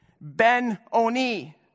Ben-Oni